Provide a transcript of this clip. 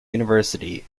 university